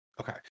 Okay